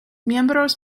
miembros